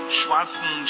Schwarzen